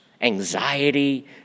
anxiety